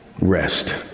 rest